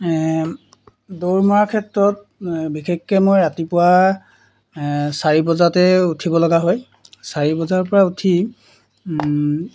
দৌৰ মৰাৰ ক্ষেত্ৰত বিশেষকৈ মই ৰাতিপুৱা চাৰি বজাতে উঠিব লগা হয় চাৰি বজাৰ পৰা উঠি